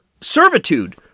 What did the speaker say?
servitude